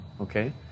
okay